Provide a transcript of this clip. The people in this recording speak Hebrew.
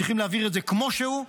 צריכים להעביר את זה כמו שהוא,